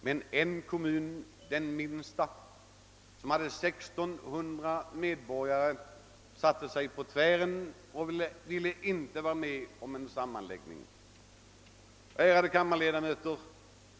Men en kommun, den minsta, som hade 1600 invånare, satte sig på tvären och ville inte vara med om en sammanläggning. Ärade kammarledamöter!